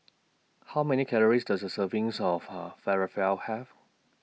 How Many Calories Does A servings of Her Falafel Have